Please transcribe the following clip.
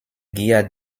gier